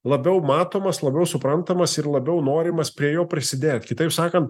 labiau matomas labiau suprantamas ir labiau norimas prie jo prisidėt kitaip sakant